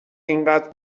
اینقدر